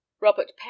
robert